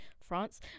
France